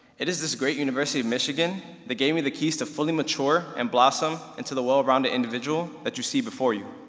it is this great university of michigan that gave me the keys to fully mature and blossom into the well-rounded individual that you see before you.